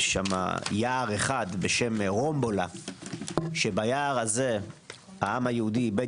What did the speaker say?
יש שם יער אחר בשם רומבולה שבו העם היהודי איבד